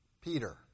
Peter